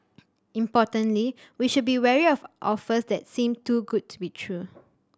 importantly we should be wary of offers that seem too good to be true